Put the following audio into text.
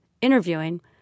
interviewing